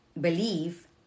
believe